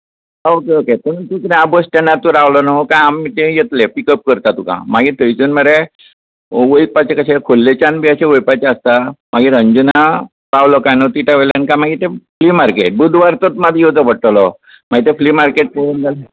okay okay तूं bus स्टॅंडार तूं रावतलो न्हू काय आमी थंय येतले पिकअप करतां तुका मागीर थंयसून मरे वयपाचें कशें खोर्लेच्यान बी वयपाचें आसता मागीर अंजुना पावलो कांय ना टिट्या वयल्यान मागीर तें फ्ली मार्केट बुधवारचोच मात येवचो पडटलो मागीर ते फ्ली मार्केट